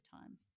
times